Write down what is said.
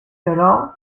però